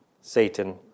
Satan